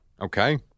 Okay